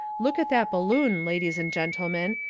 look at that balloon, ladies and gentlemen,